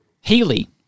Healy